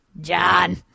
John